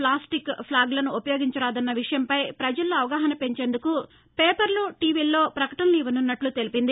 plastic ఫ్లాగ్లను ఉపయోగించరాదన్న విషయంపై పజల్లో అవగాహస పెంచేందుకు పేపర్లు టీవీల్లో పకటనలు ఇవ్వనున్నట్టు తెలిపింది